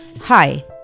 Hi